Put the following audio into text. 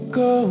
go